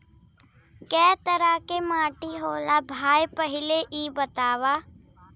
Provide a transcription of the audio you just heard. कै तरह के माटी होला भाय पहिले इ बतावा?